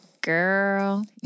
girl